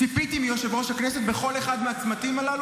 ציפיתי מיושב-ראש הכנסת בכל אחד מהצמתים האלה